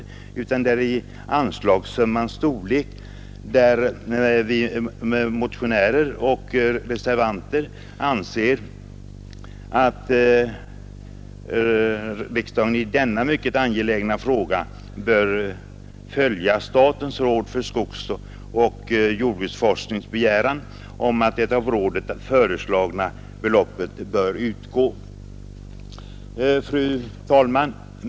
Vad som skiljer oss åt är uppfattningen om anslagssummans storlek; motionärer och reservanter anser att riksdagen i denna mycket angelägna fråga bör följa den begäran som framställts av statens råd för skogsoch jordbruksforskning om att det föreslagna beloppet bör utgå. Fru talman!